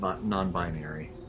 non-binary